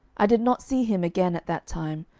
i did not see him again at that time,